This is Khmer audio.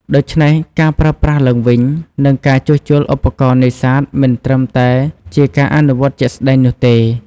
ដូច្នេះ ការប្រើប្រាស់ឡើងវិញ និងការជួសជុលឧបករណ៍នេសាទមិនត្រឹមតែជាការអនុវត្តន៍ជាក់ស្តែងនោះទេ។